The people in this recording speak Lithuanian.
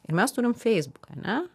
ir mes turim feisbuką ne